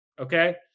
okay